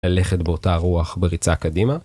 ‫ללכת באותה רוח בריצה קדימה.